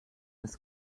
des